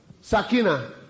Sakina